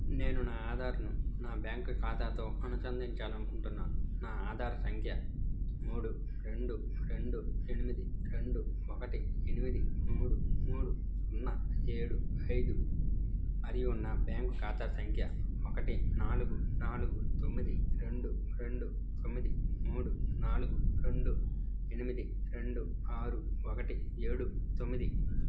నేను నా ఆధార్ను నా బ్యాంకు ఖాతాతో అనుసంధించాలి అనుకుంటున్నా నా ఆధార్ సంఖ్య మూడు రెండు రెండు ఎనిమిది రెండు ఒకటి ఎనిమిది మూడు మూడు సున్నా ఏడు ఐదు మరియు నా బ్యాంక్ ఖాతా సంఖ్య ఒకటి నాలుగు నాలుగు తొమ్మిది రెండు రెండు తొమ్మిది మూడు నాలుగు రెండు ఎనిమిది రెండు ఆరు ఒకటి ఏడు తొమ్మిది